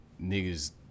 niggas